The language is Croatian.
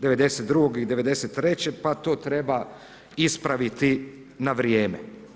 92. i 93., pa to treba ispraviti na vrijeme.